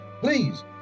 please